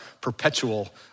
perpetual